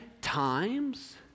times